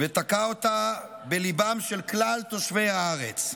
ותקע אותה בליבם של כלל תושבי הארץ.